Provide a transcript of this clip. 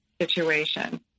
situation